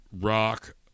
rock